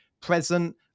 present